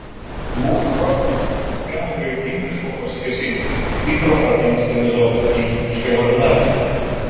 buvo svarstoma kokių priemonių reikia imtis po pasikėsinimo tikro ar inscenizuoto į ševardnadzę